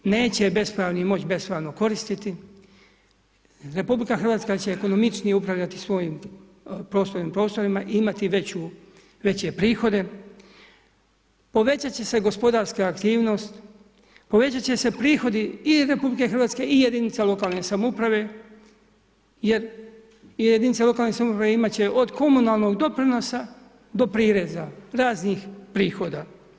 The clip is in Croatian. Neće bespravni moći bespravno koristiti, RH će ekonomičnije upravljati svojim poslovnim prostorima i imati veće prihode, povećati će se gospodarska aktivnost povećati će se prihodi i RH i jedinice lokalne samouprave jer jedinice lokalne samouprave imati će od komunalnog doprinosa do prireza raznih prihoda.